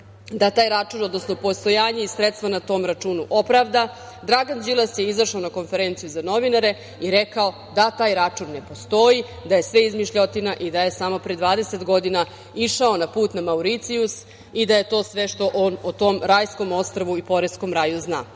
da taj račun, odnosno postojanje i sredstva na tom računu opravda, Dragan Đilas je izašao na konferenciju za novinare i rekao da taj račun ne postoji, da je sve izmišljotina i da je samo pre 20 godina išao na put na Mauricijus i da je to sve što on o tom rajskom ostrvu i poreskom raju zna,